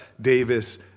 Davis